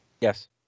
yes